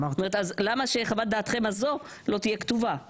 למה שחוות דעתכם הזו לא תהיה כתובה?